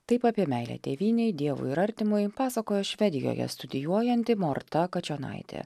taip apie meilę tėvynei dievui ir artimui pasakojo švedijoje studijuojanti morta kačionaitė